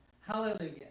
Hallelujah